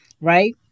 right